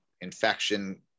infection